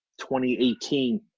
2018